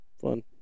Fun